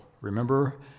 Remember